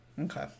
Okay